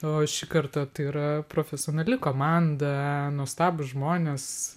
o šį kartą tai yra profesionali komanda nuostabūs žmonės